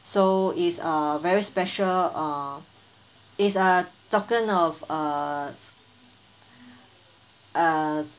so it's a very special err it's a token of uh uh